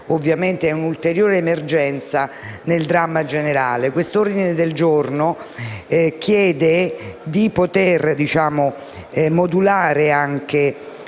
disabilità è un ulteriore emergenza nel dramma generale. Questo ordine del giorno chiede di poter modulare anche